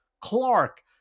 clark